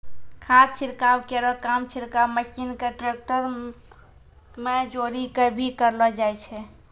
खाद छिड़काव केरो काम छिड़काव मसीन क ट्रेक्टर में जोरी कॅ भी करलो जाय छै